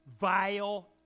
vile